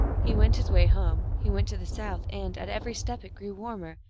he went his way home he went to the south, and at every step it grew warmer,